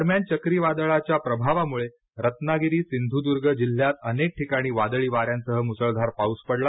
दरम्यान चक्रीवादळाच्या प्रभावामुळे रत्नागिरी सिंधुद्ग जिल्ह्यात अनेक ठिकाणी वादळी वाऱ्यांसह मुसळधार पाऊस पडला